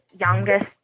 youngest